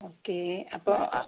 okay അപ്പോൾ ആ